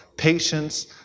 Patience